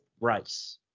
rice